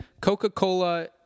Coca-Cola